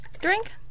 Drink